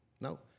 no